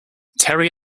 terry